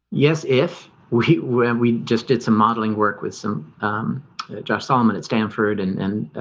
yes, if we we just did some modeling work with some um josh, solomon at stanford and ah,